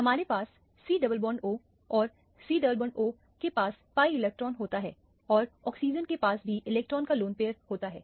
हमारे पास C double bond और C डबल बॉन्डO के पास pi इलेक्ट्रॉन होता है और ऑक्सीजन के पास भी इलेक्ट्रॉन का लोन पैयर होता है